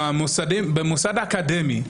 במוסד אקדמי,